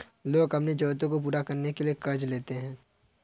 लोग अपनी ज़रूरतों को पूरा करने के लिए क़र्ज़ लेते है